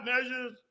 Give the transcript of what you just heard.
measures